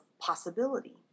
possibility